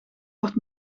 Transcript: wordt